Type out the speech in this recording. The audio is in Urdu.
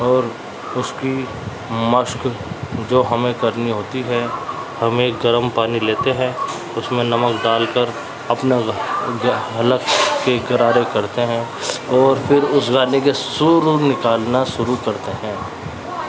اور اس کی مشق جو ہمیں کرنی ہوتی ہے ہمیں گرم پانی لیتے ہیں اس میں نمک ڈال کر اپنا حلق کے غرارے کرتے ہیں اور پھر اس گانے کے سر نکالنا شروع کرتے ہیں